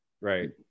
right